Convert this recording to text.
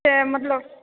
तैँ मतलब